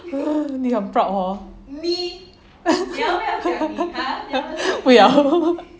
你很 proud hor 不要